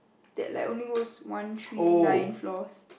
that like only go one three nine floors